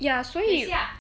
ya 所以